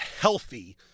healthy